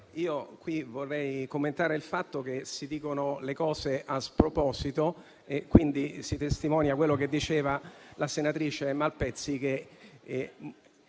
io qui vorrei commentare il fatto che si dicono cose a sproposito, a testimonianza di quello che diceva la senatrice Malpezzi,